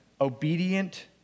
obedient